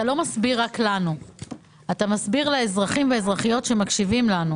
אנחנו סברנו שהחוק כשלעצמו,